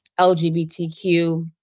LGBTQ